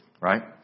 Right